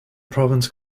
province